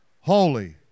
Holy